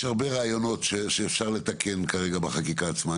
יש הרבה רעיונות שאפשר לתקן כרגע בחקיקה עצמה.